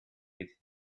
with